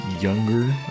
younger